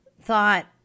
thought